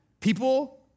people